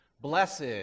Blessed